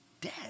dead